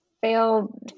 fail